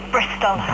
Bristol